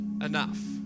enough